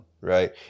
right